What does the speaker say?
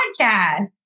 podcast